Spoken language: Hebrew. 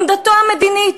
עמדתו המדינית.